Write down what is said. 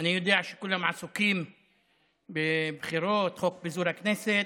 אני יודע שכולם עסוקים בבחירות, חוק פיזור הכנסת.